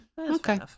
okay